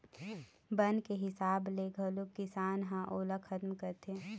बन के हिसाब ले घलोक किसान ह ओला खतम करथे